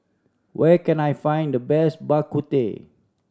where can I find the best Bak Kut Teh